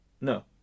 No